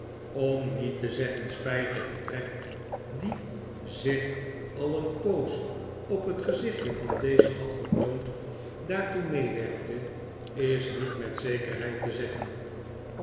om niet te zeggen spijtige trek die zich al een poos op het gezichtje van deze had vertoond daartoe meewerkte is niet met zekerheid te zeggen